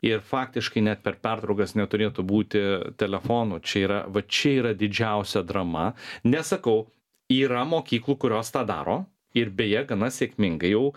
ir faktiškai net per pertraukas neturėtų būti telefonų čia yra va čia yra didžiausia drama nesakau yra mokyklų kurios tą daro ir beje gana sėkmingai jau